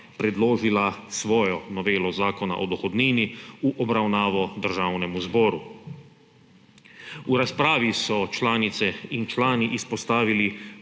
predložila svojo novelo Zakona o dohodnini v obravnavo Državnemu zboru. V razpravi so članice in člani izpostavili